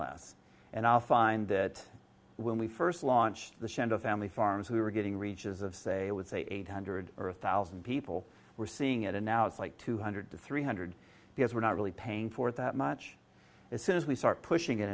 less and i find that when we first launched the shanta family farmers who were getting reaches of say with eight hundred or a thousand people were seeing it and now it's like two hundred to three hundred because we're not really paying for it that much as soon as we start pushing it